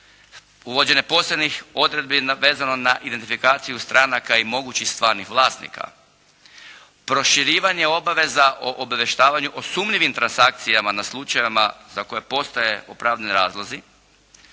Uvođenje posebnih odredbi vezano na identifikaciju stranaka i mogućih stvarnih vlasnika, proširivanje obaveza o obavještavanju o sumnjivim transakcijama na slučajevima za koje postoje opravdani razlozi,